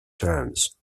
terms